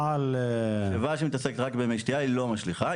על --- משאבה שמתעסקת רק במי שתייה היא לא משליכה.